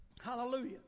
Hallelujah